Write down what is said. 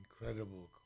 incredible